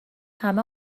همه